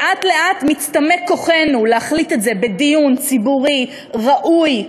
לאט-לאט מצטמק כוחנו להחליט את זה בדיון ציבורי ראוי,